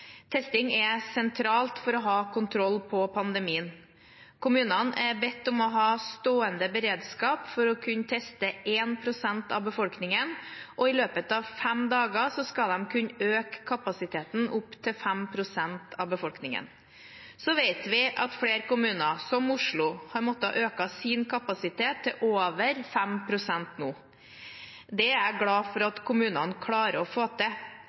Testing er sentralt for å ha kontroll på pandemien. Kommunene er bedt om å ha stående beredskap for å kunne teste 1 pst. av befolkningen, og i løpet av fem dager skal de kunne øke kapasiteten opp til 5 pst. av befolkningen. Så vet vi at flere kommuner, som Oslo, har måttet øke sin kapasitet til over 5 pst. nå. Det er jeg glad for at kommunene klarer å få til.